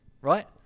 Right